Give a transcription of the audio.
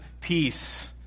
peace